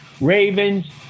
Ravens